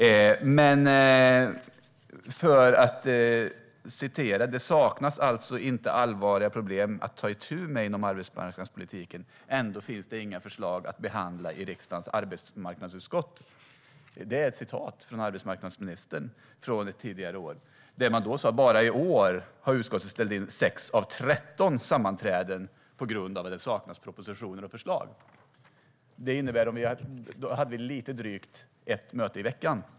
Ylva Johansson har ett tidigare år sagt: Det saknas alltså inte allvarliga problem att ta itu med inom arbetsmarknadspolitiken. Ändå finns det inga förslag att behandla i riksdagens arbetsmarknadsutskott. Bara i år har utskottet ställt in sex av 13 sammanträden på grund av att det saknas propositioner och förslag. Då hade vi lite drygt ett möte i veckan.